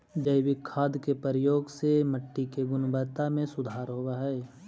जैविक खाद के प्रयोग से मट्टी के गुणवत्ता में सुधार होवऽ हई